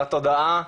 לתודעה,